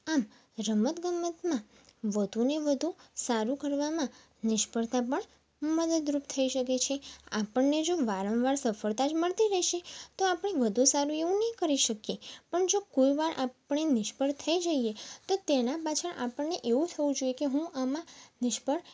આમ રમતગમતમાં વધુને વધુ સારુ કરવામાં નિષ્ફળતા પણ મદદરૂપ થઈ શકે છે આપણને જો વારંવાર સફળતા જ મળતી રહેશે તો આપણે વધુ સારું એવું નહીં કરી શકીએ પણ જો કોઈ વાર આપણે નિષ્ફળ થઈ જઈએ તો તેના પાછળ આપણને એવું થવું જઈએ કે હું આમાં નિષ્ફળ